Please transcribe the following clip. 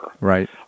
Right